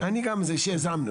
יזמנו.